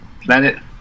Planet